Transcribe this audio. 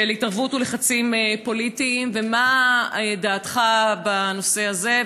של התערבות ולחצים פוליטיים, ומה דעתך בנושא הזה?